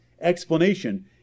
explanation